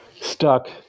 Stuck